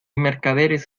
mercaderes